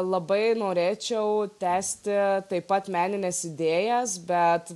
labai norėčiau tęsti taip pat menines idėjas bet